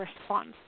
response